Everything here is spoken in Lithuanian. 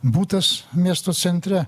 butas miesto centre